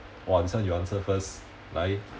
!wah! this one you answer first 来